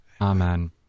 Amen